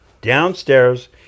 downstairs